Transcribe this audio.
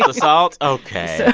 but salt? ok so,